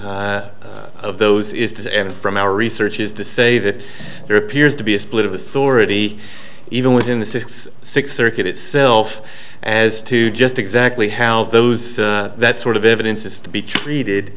those is to from our research is to say that there appears to be a split of authority even within the six six circuit itself as to just exactly how those that sort of evidence has to be treated